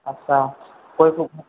आदसा गयखौहाय